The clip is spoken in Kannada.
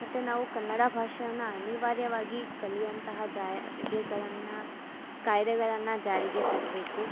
ಮತ್ತು ನಾವು ಕನ್ನಡ ಭಾಷೆಯನ್ನು ಅನಿವಾರ್ಯವಾಗಿ ಕಲಿವಂತಹ ಜಾರಿಗೆಗಳನ್ನು ಕಾಯ್ದೆಗಳನ್ನು ಜಾರಿಗೆ ತರಬೇಕು